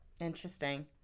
Interesting